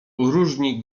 różni